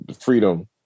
freedom